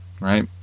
right